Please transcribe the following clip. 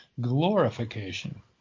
glorification